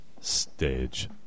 Stage